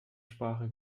sprache